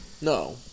No